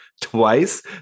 twice